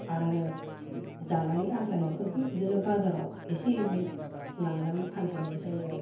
आरो जानानै आग्लायनायफोरखौ बिदिनो बाजाराव एसे एनै लांनानै फानहैनाय जायो आरो